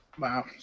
Wow